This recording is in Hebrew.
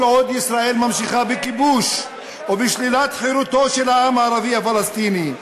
כל עוד ישראל ממשיכה בכיבוש ובשלילת חירותו של העם הערבי הפלסטיני,